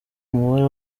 umubare